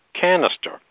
canister